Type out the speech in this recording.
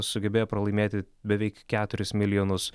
sugebėjo pralaimėti beveik keturis milijonus